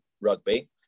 rugby